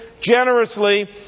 generously